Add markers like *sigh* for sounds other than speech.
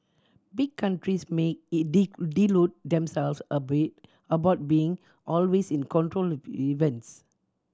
big countries may *unintelligible* delude themselves *unintelligible* about being always in control of events